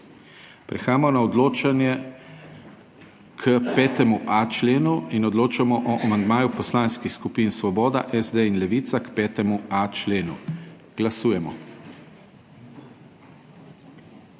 Prehajamo na odločanje o 5.a členu in odločamo o amandmaju poslanskih skupin Svoboda, SD in Levica k 5.a členu. Glasujemo.